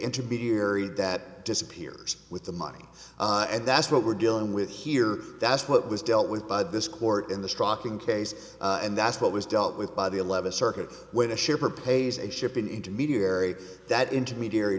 intermediary that disappears with the money and that's what we're dealing with here that's what was dealt with by this court in the striking case and that's what was dealt with by the eleventh circuit where the shipper pays a ship in intermediary that intermediary